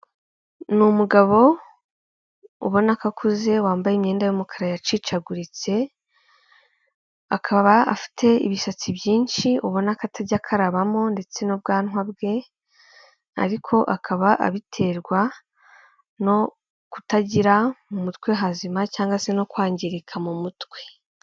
Ni umugabo ubona ko akuze, wambaye imyenda y'umukara yacicaguritse akaba afite ibisatsi byinshi ubona ko akatajya akarabamo ndetse n'ubwanwa bwe ariko akaba abiterwa no kutagira mu mutwe hazima cyangwa se no kwangirika mu mutwe.